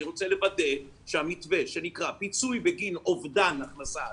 אני רוצה לוודא שהמתווה שנקרא פיצוי בגין אובדן הכנסה עצמית,